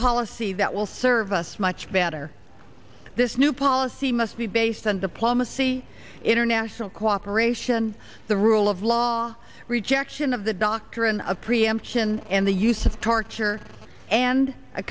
policy that will serve us much better this new policy must be based on diplomacy international cooperation the rule of law rejection of the doctrine of preemption and the use of torture and a